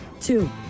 Two